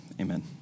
amen